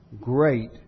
great